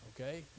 Okay